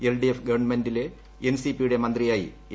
LDF ഗവൺമെന്റിലെ എൻസിപിയുടെ മന്ത്രിയായി എ